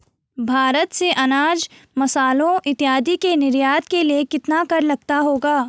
भारत से अनाज, मसालों इत्यादि के निर्यात के लिए कितना कर लगता होगा?